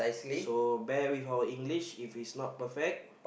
so bear with our English if it's not perfect